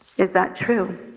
is that true?